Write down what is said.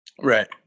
Right